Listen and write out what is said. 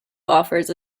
offers